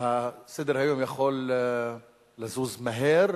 בלשכותיכם שסדר-היום יכול לזוז מהר.